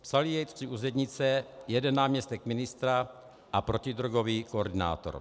Psali jej tři úřednice, jeden náměstek ministra a protidrogový koordinátor.